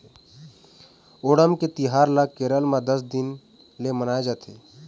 ओणम के तिहार ल केरल म दस दिन ले मनाए जाथे